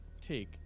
take